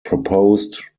proposed